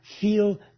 feel